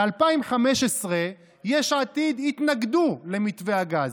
ב-2015 יש עתיד התנגדו למתווה הגז,